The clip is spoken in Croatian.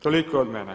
Toliko od mene.